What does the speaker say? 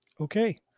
Okay